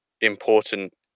important